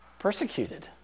Persecuted